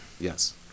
Yes